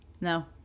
No